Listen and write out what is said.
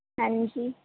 ਹਾਂਜੀ